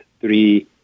three